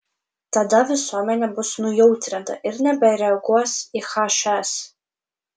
tada visuomenė bus nujautrinta ir nebereaguos į hs